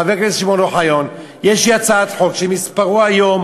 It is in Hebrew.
חבר הכנסת שמעון אוחיון: יש לי הצעת חוק שמספרה היום